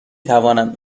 توانم